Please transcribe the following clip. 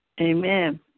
Amen